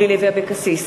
נגד אורלי לוי אבקסיס,